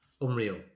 unreal